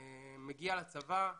אני מתגייס לצה"ל